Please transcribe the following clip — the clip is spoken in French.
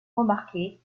remarquer